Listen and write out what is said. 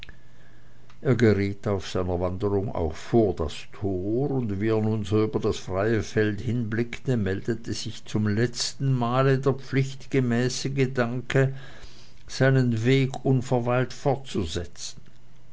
er geriet auf seiner wanderung auch vor das tor und wie er nun so über das freie feld hinblickte meldete sich zum letzten male der pflichtgemäße gedanke seinen weg unverweilt fortzusetzen